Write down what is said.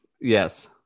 Yes